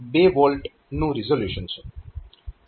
2 V નું resolution છે